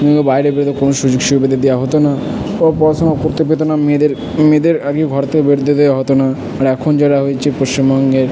এমনিও বাইরে বেরোতে কোনো সুযোগ সুবিধা দেওয়া হতো না পড়াশোনা করতে পেতো না মেয়েদের মেয়েদের আগেই ঘর থেকে বেরোতে দেওয়া হতো না আর এখন যারা হয়েছে পশ্চিমবঙ্গের